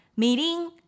mirin